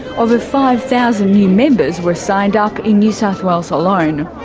over five thousand new members were signed up in new south wales alone.